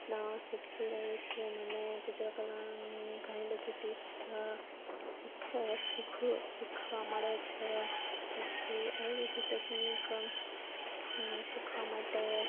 ના શિખતી રહું છું મને ચિત્રકલાની ઘણીબધી ટિપ્સ શીખ શીખું શીખવા મળે છે પછી આવી બધી ટેકનિક હું શીખવા માટે